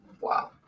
Wow